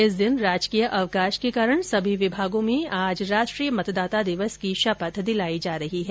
इस दिन राजकीय अवकाश के कारण सभी विभागों में आज राष्ट्रीय मतदाता दिवस की शपथ दिलाई जा रही है